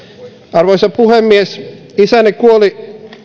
arvoisa puhemies isäni kuolema